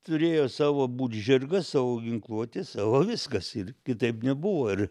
turėjo savo būt žirgas savo ginkluotė savo viskas ir kitaip nebuvo ir